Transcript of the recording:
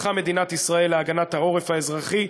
שפיתחה מדינת ישראל להגנת העורף האזרחי,